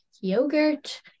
yogurt